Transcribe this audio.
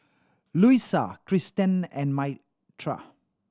Luisa Christen and Myrta